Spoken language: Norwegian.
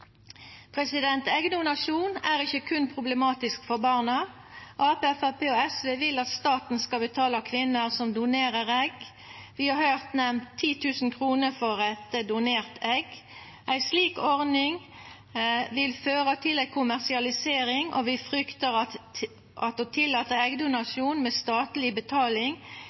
er ikkje problematisk berre for barna. Arbeidarpartiet, Framstegspartiet og SV vil at staten skal betala kvinna som donerer egg – vi har høyrt nemnt 10 000 kr for eit donert egg. Ei slik ordning vil føra til ei kommersialisering, og vi fryktar at å tillata eggdonasjon med statleg betaling,